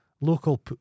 Local